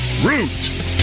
Root